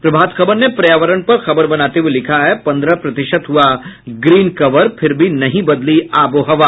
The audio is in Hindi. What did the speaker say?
प्रभात खबर ने पर्यावरण पर खबर बनाते हुये लिखा है पंद्रह प्रतिशत हुआ ग्रीन कवर फिर भी नहीं बदली आबोहवा